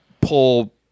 pull